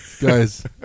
Guys